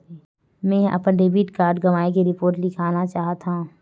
मेंहा अपन debit card गवाए के रिपोर्ट लिखना चाहत हव